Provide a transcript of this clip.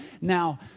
Now